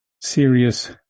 serious